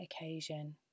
occasion